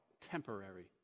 temporary